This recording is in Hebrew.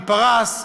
מפרס,